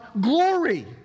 glory